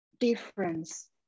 difference